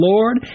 Lord